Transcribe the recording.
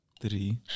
three